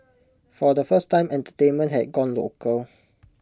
for the first time entertainment had gone local